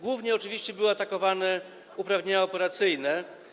Głównie oczywiście były atakowane uprawnienia operacyjne.